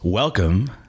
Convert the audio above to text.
Welcome